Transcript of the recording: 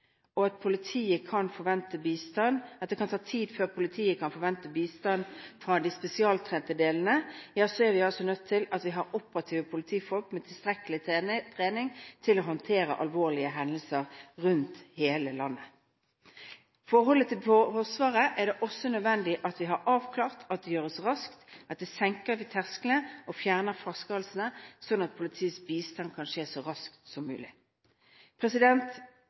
tid før politiet kan forvente bistand fra de spesialtrente delene, er vi nødt til å ha operative politifolk som har tilstrekkelig med trening til å håndtere alvorlige hendelser rundt om i hele landet. For Forsvaret er det nødvendig å få avklart at det gjøres raskt, at vi senker tersklene og fjerner flaskehalsene, slik at politiet kan yte bistand så raskt som mulig.